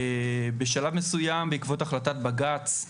בשלב מסוים, בעקבות החלטת בג"צ,